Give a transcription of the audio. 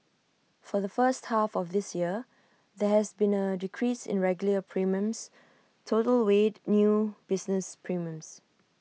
for the first half of this year there has been A decrease in regular premiums total weighed new business premiums